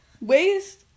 Waste